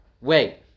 wait